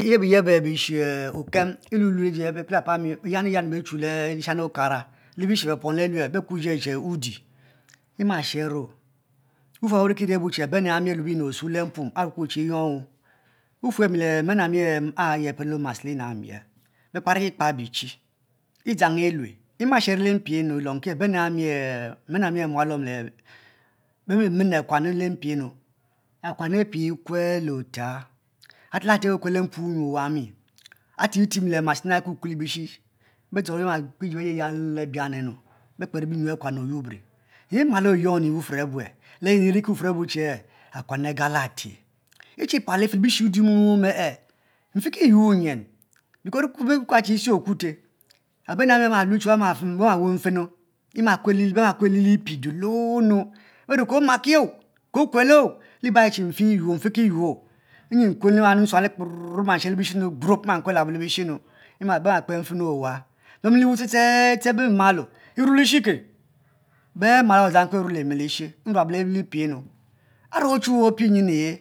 Eyabi yeb bishi oken beyani yani be chu le nshani okara le bighi befom alue, be kuo iji aye che udi ewushan wufuor abuwuh abene nami be lue binyi osuo le mpuom awu be kuo che nyuohu ofue mi le mene ami e eri ayi pelo e be kuki macilina emiel bekpari ye kpen bieh idzang elue imaghuo lempi nu, olouki ab enami mene mie mualome benimen akuan le mpi na akuan apie ku le otia ati mite akuekwed le wunyu obuami atiye tie mile marcilina eku ku le bishi betor eyeh be ma lape iji be yaliyeyal bian nu belep eriye binyu akuan oyubiri malo oyom wufuor abue, le nyinu iriki wufuor abu che akuan agalatie chi pal ifi le bishi udi omemehee nfi kiyou nyin beri ki ku ka che ighi okute obene ahami be lue be ma weh mmfenu bene kuel le lipi duloo nu berue kemaki ke okue lo liba ayi mfikiyuo nyi nkuele noo mma shuo le bishi mu gbnoob nlue abo le bishi nu mma kpan mfenu owa emiweh ste ste ste mima eme le eshe ke bemala odzang kibe ne lemi lishe muap bpi nu are ochuwue opie nyin elu